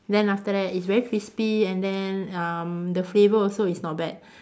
then after that it's very crispy and then um the flavour also it's not bad